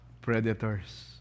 predators